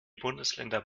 bundesländer